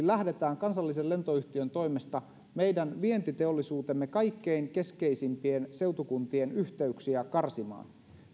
lähdetään kansallisen lentoyhtiön toimesta meidän vientiteollisuutemme kaikkein keskeisimpien seutukuntien yhteyksiä karsimaan